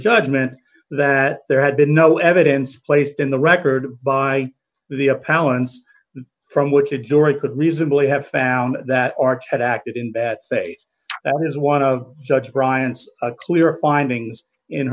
judgment that there had been no evidence placed in the record by the a palance from which a jury could reasonably have found that arch had acted in bad faith that is one of judge bryant's